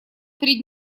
перед